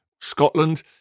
Scotland